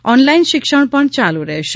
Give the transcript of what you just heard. online શિક્ષણ પણ યાલુ રહેશે